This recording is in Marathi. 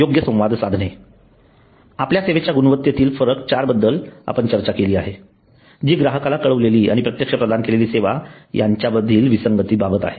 योग्य संवाद साधने आपण सेवेच्या गुणवत्तेतील फरक ४ बद्दल चर्चा केली आहे जी ग्राहकाला कळवलेली आणि प्रत्यक्ष प्रदान केलेली सेवा यांच्यामधील विसंगती बाबत आहे